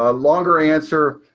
ah longer answer.